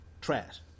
trash